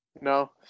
No